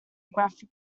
graphic